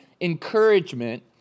encouragement